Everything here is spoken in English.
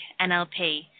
NLP